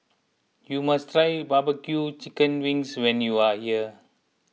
you must try BBQ Chicken Wings when you are here